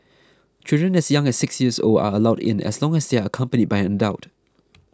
children as young as six years old are allowed in as long as they are accompanied by an adult